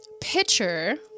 pitcher